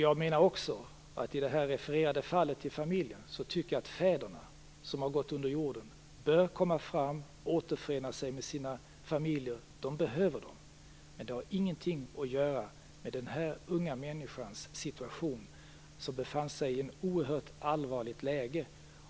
Jag menar också, i det refererade fallet med familjerna, att fäderna som har gått under jorden bör komma fram och återförena sig med sina familjer. De behöver dem. Men det har ingenting att göra med den här unga människans situation. Personen befann sig i ett oerhört allvarligt läge,